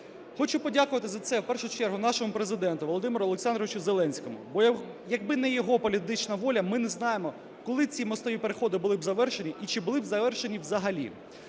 Хочу подякувати за це в першу чергу нашому Президенту Володимиру Олександровичу Зеленському, бо якби не його політична воля, ми не знаємо, коли ці мостові переходи були б завершені і чи були б завершені взагалі.